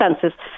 census